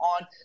on